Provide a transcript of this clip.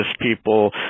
people